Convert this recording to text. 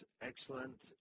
excellent